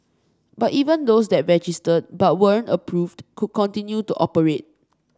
but even those that registered but weren't approved could continue to operate